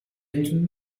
and